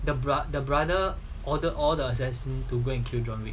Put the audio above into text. the brother the brother order all the assassin to go and kill john wick